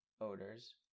odors